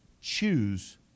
choose